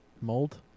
mold